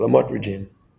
lamotrigine –